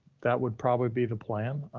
that would probably be the plan.